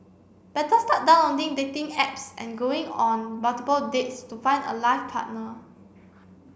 better start downloading dating apps and going on multiple dates to find a life partner